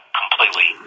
completely